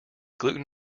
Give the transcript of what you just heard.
gluten